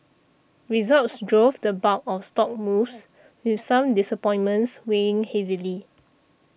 results drove the bulk of stock moves with some disappointments weighing heavily